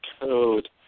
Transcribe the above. code